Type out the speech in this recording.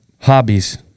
Hobbies